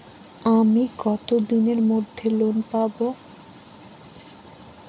আমি কতদিনের মধ্যে লোন পাব?